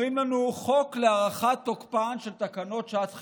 אומרים לנו: חוק להארכת תוקפן של תקנות שעת חירום.